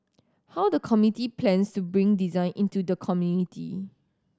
how the committee plans to bring design into the community